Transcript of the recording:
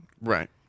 Right